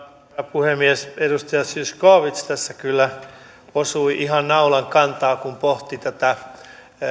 puhemies edustaja zyskowicz tässä kyllä osui ihan naulan kantaan kun hän pohti tätä